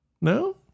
No